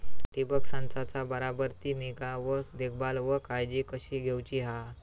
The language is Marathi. ठिबक संचाचा बराबर ती निगा व देखभाल व काळजी कशी घेऊची हा?